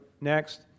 Next